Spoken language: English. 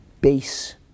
base